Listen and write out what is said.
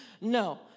No